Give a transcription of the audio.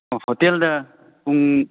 ꯍꯣꯇꯦꯜꯗ ꯄꯨꯡ